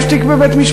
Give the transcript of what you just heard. יש תיק בבית-משפט.